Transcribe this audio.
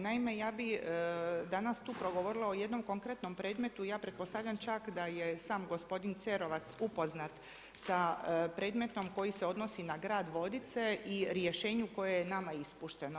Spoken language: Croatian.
Naima, ja bih danas tu progovorila o jednom konkretnom predmetu i ja pretpostavljam čak da je sam gospodin Cerovac upoznat sa predmetom koji se odnosi na grad Vodice i rješenju koje je nama ispušteno.